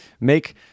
Make